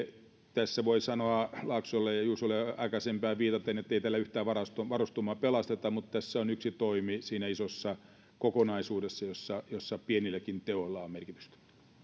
tässä voi sanoa laaksolle ja juusolle aikaisempaan viitaten ettei tällä yhtään varustamoa pelasteta mutta tässä on yksi toimi siinä isossa kokonaisuudessa jossa jossa pienilläkin teoilla on merkitystä